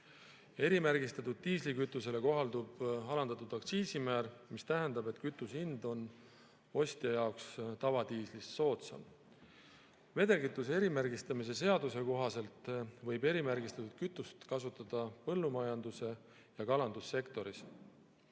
Erimärgistatud diislikütusele kohaldub alandatud aktsiisimäär, mis tähendab, et kütuse hind on ostja jaoks tavadiislist soodsam. Vedelkütuse erimärgistamise seaduse kohaselt võib erimärgistatud kütust kasutada põllumajandus- ja kalandussektoris.